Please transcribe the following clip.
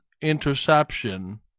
interception